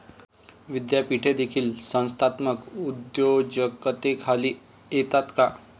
विद्यापीठे देखील संस्थात्मक उद्योजकतेखाली येतात का?